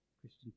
Christian